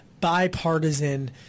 bipartisan